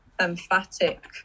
emphatic